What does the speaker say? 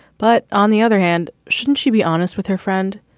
but on the other hand, shouldn't she be honest with her friend?